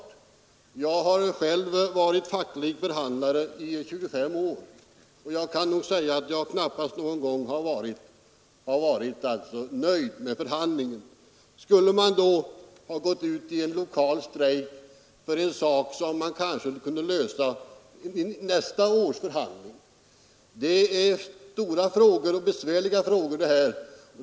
Men jag har själv varit facklig förhandlare under 25 år, och jag kan nog säga att jag knappast någon gång har varit nöjd med förhandlingsresultatet. Skulle man då ha gått ut i en lokal strejk för en fråga som man kanske kunde lösa i nästa års förhandling? Det här är stora frågor och besvärliga frågor.